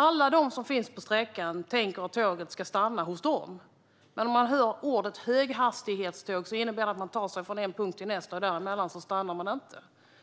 Alla som finns längs sträckan tänker att tåget ska stanna hos dem, men ordet höghastighetståg innebär att ta sig från en punkt till nästa och att inte stanna däremellan.